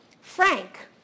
Frank